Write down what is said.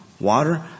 water